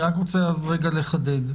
אני רוצה רגע לחדד.